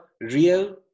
real